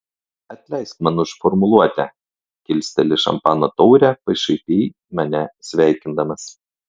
atleisk man už formuluotę kilsteli šampano taurę pašaipiai mane sveikindamas